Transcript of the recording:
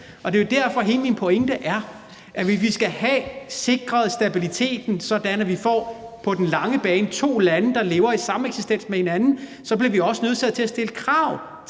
og ikke vil. Hele min pointe er, at hvis vi skal have sikret stabiliteten, så vi på den lange bane får to lande, der lever i sameksistens, bliver vi også nødsaget til at stille krav til